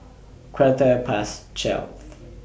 Quarter Past twelve